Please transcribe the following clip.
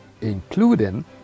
including